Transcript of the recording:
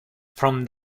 from